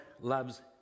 loves